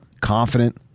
Confident